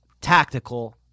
tactical